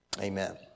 Amen